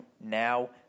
now